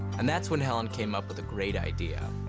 and that's when helen came up with a great idea.